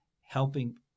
helping